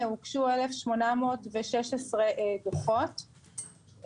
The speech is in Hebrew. הוגשו 1,816 דוחות,